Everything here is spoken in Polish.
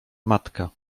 matka